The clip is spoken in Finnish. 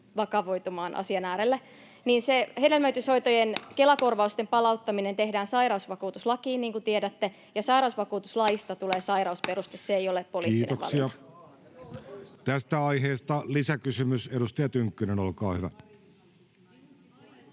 koputtaa] — niin se hedelmöityshoitojen Kela-korvausten palauttaminen tehdään sairausvakuutuslakiin, niin kuin tiedätte, ja sairausvakuutuslaista tulee sairausperuste. Se ei ole poliittinen valinta. Kiitoksia. — Tästä aiheesta lisäkysymys, edustaja Tynkkynen, olkaa hyvä.